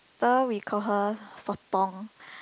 tha we call her sotong